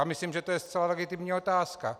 Myslím, že je to zcela legitimní otázka.